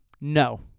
no